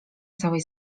całej